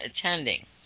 attending